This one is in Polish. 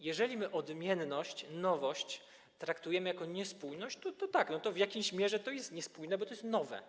Jeżeli my odmienność, nowość traktujemy jako niespójność, to tak, to w jakiejś mierze to jest niespójne, bo to jest nowe.